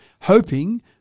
hoping